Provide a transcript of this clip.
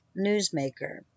newsmaker